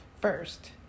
first